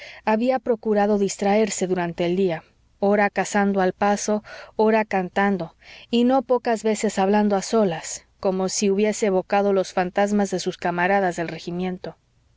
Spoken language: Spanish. había procurado distraerse durante el día ora cazando al paso ora cantando y no pocas veces hablando a solas como si hubiese evocado los fantasmas de sus camaradas del regimiento